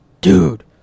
Dude